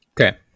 Okay